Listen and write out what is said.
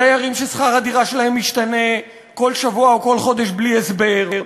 דיירים ששכר הדירה שלהם משתנה כל שבוע או כל חודש בלי הסבר,